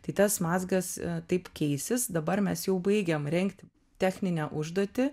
tai tas mazgas taip keisis dabar mes jau baigiam rengti techninę užduotį